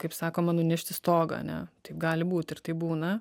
kaip sakoma nunešti stogą ane taip gali būti ir taip būna